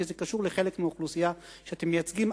כי זה קשור לחלק מאוכלוסייה שאתם מייצגים,